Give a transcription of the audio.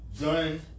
done